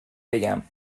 بگم